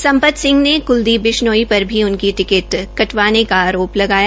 सम्पत सिंह ने क्लदीप बिश्नोई पर भी उनकी टिकट बटवाने का आरोप लगाया